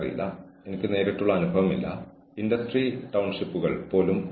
മോശം പ്രകടനത്തിന്റെ ഡോക്യുമെന്റേഷനും കൌൺസിലിംഗും പരിഹാര നടപടികളും ശിക്ഷ നൽകുന്നതിന് മുമ്പ് ചെയ്യണം